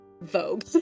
vogue